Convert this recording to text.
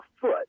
foot